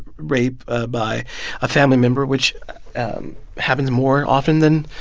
rape ah by a family member, which happens more often than.